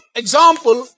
example